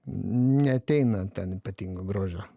neateina ten ypatingo grožio